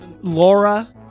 Laura